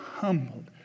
Humbled